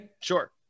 Sure